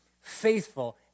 faithful